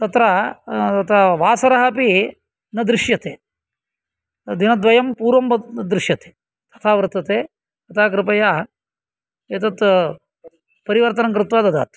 तत्र वासरः अपि न दृश्यते दिनद्वयं पूर्वं दृश्यते यथा वर्तते अतः कृपया एतत् परिवर्तनं कृत्वा ददातु